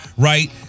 Right